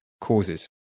causes